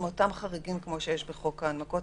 עם אותם חריגים כמו שיש בחוק ההנמקות.